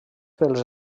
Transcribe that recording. pels